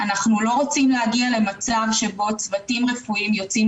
אנחנו לא רוצים להגיע למצב שבו צוותים רפואיים יוצאים